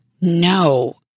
No